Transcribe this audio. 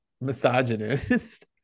misogynist